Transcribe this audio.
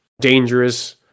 dangerous